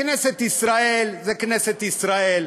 כנסת ישראל זה כנסת ישראל,